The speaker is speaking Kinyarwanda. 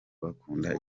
bakunda